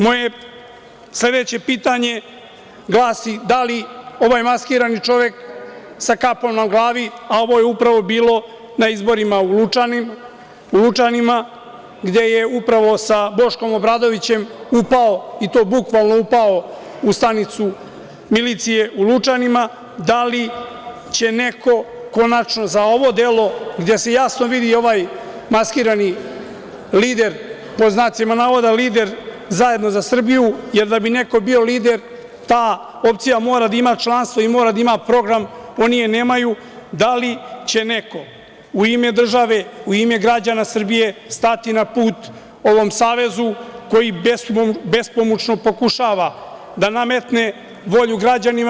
Moje sledeće pitanje glasi – da li ovaj maskirani čovek sa kapom na glavi, a ovo je upravo bilo na izborima u Lučanima, gde je sa Boškom Obradovićem upao i to bukvalno upao u stanicu milicije u Lučanima, da li će neko konačno za ovo delo, gde se jasno vidi i ovaj maskirani lider, „lider“ zajedno za Srbiju, jer da bi neko bio lider, ta opcija mora da ima članstvo i mora da ima program, a oni je nemaju, da li će neko u ime države, u ime građana Srbije stati na put ovom savezu koji bespomučno pokušava da nametne volju građanima?